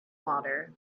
water